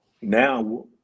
now